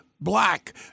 black